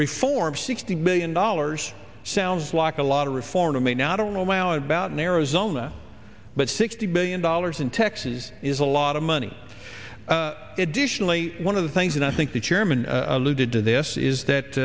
reform sixty million dollars sounds like a lot of reform to me now i don't know well about in arizona but sixty million dollars in texas is a lot of money additionally one of the things that i think the chairman alluded to this is that